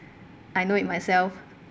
I know it myself